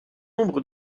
nombre